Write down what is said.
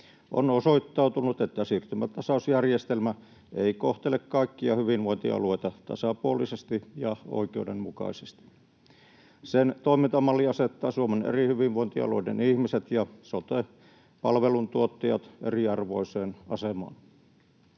On osoittautunut, että siirtymätasausjärjestelmä ei kohtele kaikkia hyvinvointialueita tasapuolisesti ja oikeudenmukaisesti. Sen toimintamalli asettaa Suomen eri hyvinvointialueiden ihmiset ja sote-palveluntuottajat eriarvoiseen asemaan.